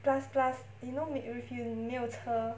plus plus you know if you 没有车